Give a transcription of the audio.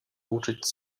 uczyć